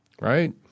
right